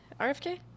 RFK